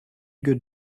good